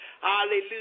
hallelujah